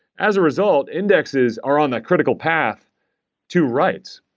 as a result, indexes are on a critical path to writes.